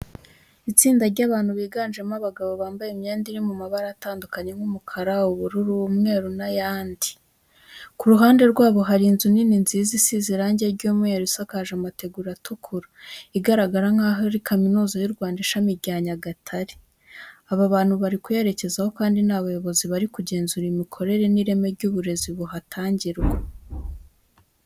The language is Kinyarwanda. Itsinda ry'abantu biganjemo abagabo, bambaye imyenda iri mu mabara atandukanye nk'umukara, ubururu, umweru n'ayandi. Ku ruhande rwabo hari inzu nini nziza isize irange ry'umweru isakaje amategura atukura, igaragara nk'aho ari kaminuza y'u Rwanda ishami rya Nyagatare. Aba bantu bari kuyerekezaho kandi ni abayobozi bari kugenzura imikorere n'ireme ry'uburezi buhatangirwa.